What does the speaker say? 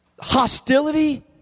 hostility